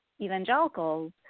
evangelicals